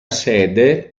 sede